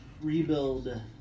Rebuild